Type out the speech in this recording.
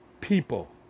People